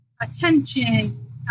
attention